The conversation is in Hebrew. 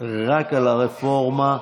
רק על הרפורמה,